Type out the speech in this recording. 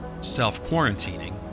self-quarantining